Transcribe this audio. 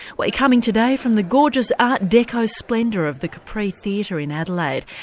we're coming today from the gorgeous art deco splendour of the capri theatre in adelaide.